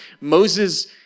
Moses